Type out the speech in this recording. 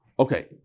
Okay